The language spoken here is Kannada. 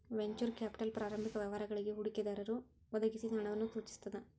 ವೆಂಚೂರ್ ಕ್ಯಾಪಿಟಲ್ ಪ್ರಾರಂಭಿಕ ವ್ಯವಹಾರಗಳಿಗಿ ಹೂಡಿಕೆದಾರರು ಒದಗಿಸಿದ ಹಣವನ್ನ ಸೂಚಿಸ್ತದ